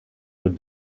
put